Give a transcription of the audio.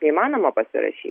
neįmanoma pasirašy